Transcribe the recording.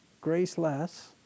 graceless